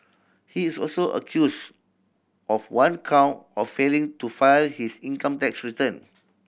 he is also accused of one count of failing to file his income tax return